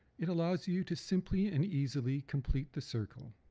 it allows you to simply and easily complete the circle.